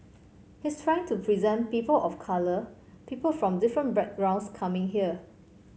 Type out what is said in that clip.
he's trying to present people of colour people from different backgrounds coming here